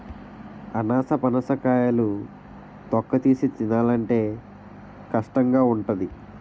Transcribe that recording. అనాసపనస కాయలు తొక్కతీసి తినాలంటే కష్టంగావుంటాది